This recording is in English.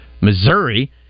Missouri